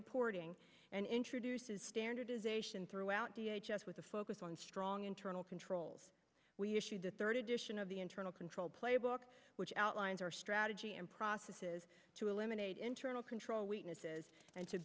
reporting and introduces standardization throughout with a focus on strong internal controls we issued the third edition of the internal control playbook which outlines our strategy and processes to eliminate internal control weaknesses and to